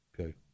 Okay